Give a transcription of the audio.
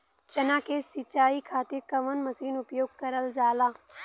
चना के सिंचाई खाती कवन मसीन उपयोग करल जाला?